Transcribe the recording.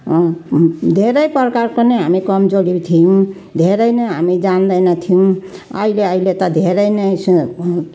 धेरै प्रकारको नै हामी कमजोरी थियौँ धेरै नै हामी जान्दैन थियौँ अहिले अहिले त धेरै नै